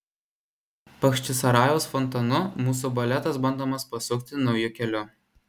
bachčisarajaus fontanu mūsų baletas bandomas pasukti nauju keliu